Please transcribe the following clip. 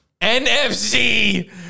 NFC